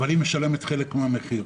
אבל היא משלמת חלק מן המחיר.